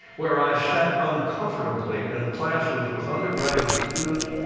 where i sat uncomfortably in classes with undergraduate students,